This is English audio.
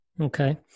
Okay